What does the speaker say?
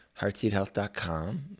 heartseedhealth.com